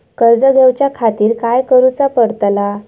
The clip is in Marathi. कर्ज घेऊच्या खातीर काय करुचा पडतला?